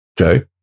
Okay